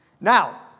Now